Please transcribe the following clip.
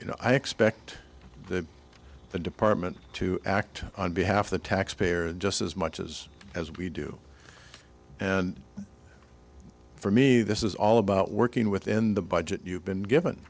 you know i expect the department to act on behalf of the taxpayer and just as much as as we do and for me this is all about working within the budget you've been given